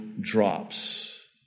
drops